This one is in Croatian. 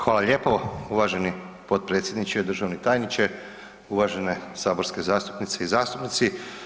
Hvala lijepo uvaženi potpredsjedniče, državni tajniče, uvažene saborske zastupnice i zastupnici.